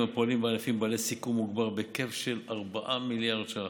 הפועלים בענפים בעלי סיכון מוגבר בהיקף של 4 מיליארד ש"ח.